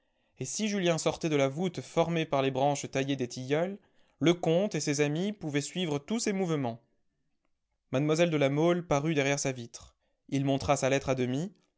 et si julien sortait de la voûte formée par les branches taillées des tilleuls le comte et ses amis pouvaient suivre tous ses mouvements mlle de la mole parut derrière sa vitre il montra sa lettre à demi